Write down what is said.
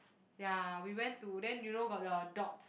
ya we went to then you know got the dots